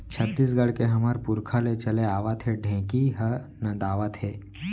छत्तीसगढ़ के हमर पुरखा ले चले आवत ढेंकी हर नंदावत हे